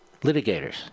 litigators